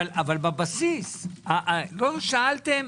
אבל בבסיס, לא שאלתם